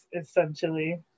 essentially